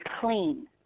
clean